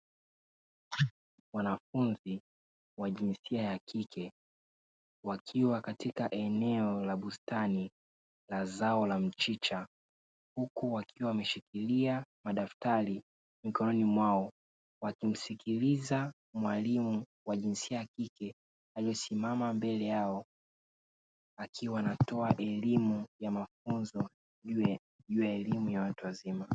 Wanafunzi wa jinsia ya kike wakiwa katika eneo la bustani la zao la mchicha, huku wakiwa wameshikilia madaftari mkononi mwao, wakimsikiliza mwalimu wa jinsia ya kike aliyesimama mbele yao akiwa anatoa elimu ya mafunzo juu ya elimu ya watu wazima.